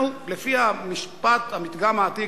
אנחנו, לפי המשפט, הפתגם העתיק,